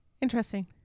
Interesting